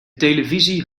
televisie